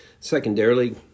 secondarily